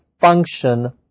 function